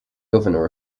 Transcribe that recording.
governor